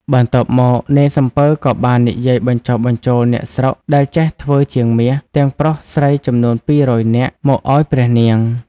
បន្ទាប់មក នាយសំពៅក៏បាននិយាយបញ្ចុះបញ្ចូលអ្នកស្រុកដែលចេះធ្វើជាងមាស ទាំងប្រុសស្រីចំនួន ២០០ នាក់ មកអោយព្រះនាង។